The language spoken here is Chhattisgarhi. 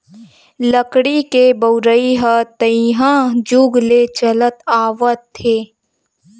लकड़ी के बउरइ ह तइहा जुग ले चलत आवत हे